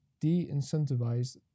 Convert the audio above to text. de-incentivize